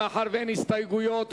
מאחר שאין הסתייגויות,